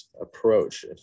approach